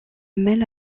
mêle